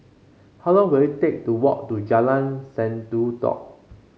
how long will it take to walk to Jalan Sendudok